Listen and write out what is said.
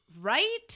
Right